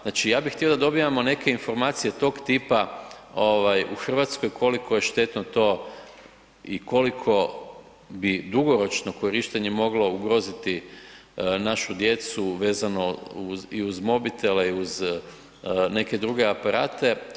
Znači ja bih htio da dobivamo neke informacije tog tipa u Hrvatskoj, koliko je štetno to i koliko bi dugoročno korištenje moglo ugroziti našu djecu vezano i uz mobitele i uz neke druge aparate.